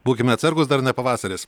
būkime atsargūs dar ne pavasaris